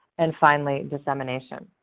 and finally dissemination.